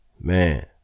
man